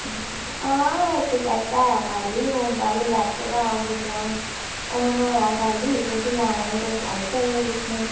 अच्छा अच्छा हां इस सैट्ट ऐ खा'ल्ली हून पैह्लें लैते दा हा ओह् कुसै हून हून होएआ खा'ल्ली तुस लैने ते तुस आई सकदे दिक्खने ई